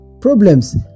problems